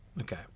Okay